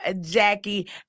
Jackie